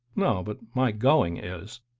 no but my going is,